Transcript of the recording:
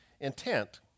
intent